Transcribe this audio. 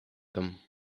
them